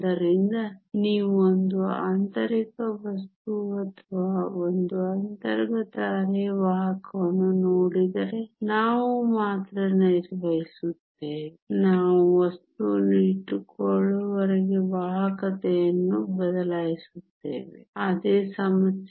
ಆದ್ದರಿಂದ ನೀವು ಒಂದು ಆಂತರಿಕ ವಸ್ತು ಅಥವಾ ಒಂದು ಅಂತರ್ಗತ ಅರೆವಾಹಕವನ್ನು ನೋಡಿದರೆ ನಾವು ಮಾತ್ರ ನಿರ್ವಹಿಸುತ್ತೇವೆ ನಾವು ವಸ್ತುವನ್ನು ಇಟ್ಟುಕೊಳ್ಳುವವರೆಗೆ ವಾಹಕತೆಯನ್ನು ಬದಲಾಯಿಸುತ್ತೇವೆ ಅದೇ ತಾಪಮಾನ